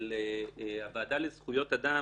של הוועדה לזכויות אדם